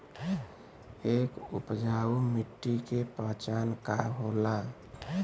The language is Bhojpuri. एक उपजाऊ मिट्टी के पहचान का होला?